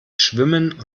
schwimmen